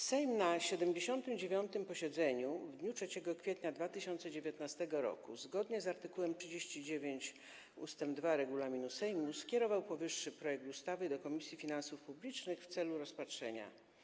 Sejm na 79. posiedzeniu w dniu 3 kwietnia 2019 r., zgodnie z art. 39 ust. 2 regulaminu Sejmu, skierował powyższy projekt ustawy do Komisji Finansów Publicznych w celu rozpatrzenia.